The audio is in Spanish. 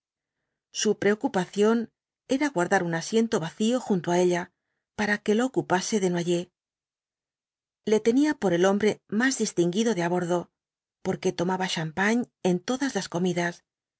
su preocupación era guardar un asiento vacío junto á ella para que lo ocupase desnoyers le tenía por el hombre más distinguido de á bordo porque tomaba champan en todas las comidas